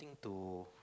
to